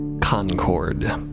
Concord